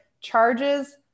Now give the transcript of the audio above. charges